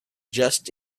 just